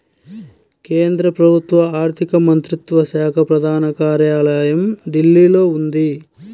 కేంద్ర ప్రభుత్వ ఆర్ధిక మంత్రిత్వ శాఖ ప్రధాన కార్యాలయం ఢిల్లీలో ఉంది